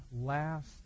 last